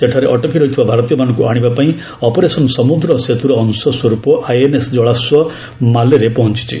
ସେଠାରେ ଅଟକି ରହିଥିବା ଭାରତୀୟମାନଙ୍କୁ ଆଶିବା ପାଇଁ ଅପରେସନ୍ ସମୁଦ୍ର ସେତୁର ଅଂଶ ସ୍ୱର୍ପ ଆଇଏନ୍ଏସ୍ ଜଳାସ୍ୱ ମାଲେରେ ପହଞ୍ଚିଛି